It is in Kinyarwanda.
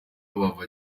bava